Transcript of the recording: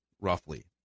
roughly